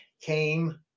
came